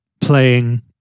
playing